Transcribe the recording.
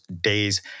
days